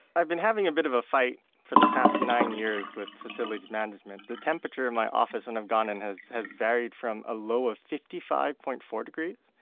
i've been having a bit of a fight for the past nine years with facilities management. the temperature in my office, when i've gone in, has has varied from a low of fifty five point four degrees.